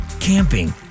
camping